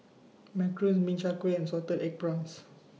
Macarons Min Chiang Kueh and Salted Egg Prawns